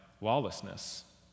lawlessness